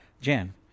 Jan